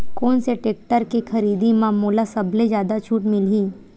कोन से टेक्टर के खरीदी म मोला सबले जादा छुट मिलही?